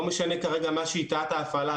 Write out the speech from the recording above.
לא משנה כרגע מה שיטת ההפעלה,